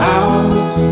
out